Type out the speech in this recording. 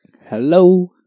Hello